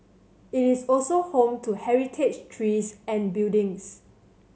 it is also home to heritage trees and buildings